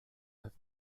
have